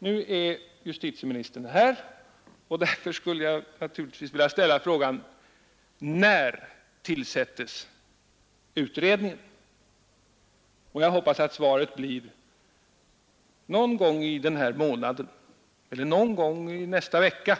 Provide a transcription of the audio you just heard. Eftersom justitieministern är närvarande i kammaren vill jag fråga: När tillsättes utredningen? Jag hoppas att svaret blir: Någon gång i denna månad eller någon gång i nästa vecka.